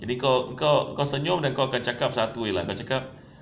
jadi kau kau kau senyum dan kau cakap satu jer lah kau cakap